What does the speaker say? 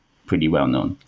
pretty well-known.